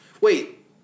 Wait